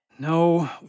No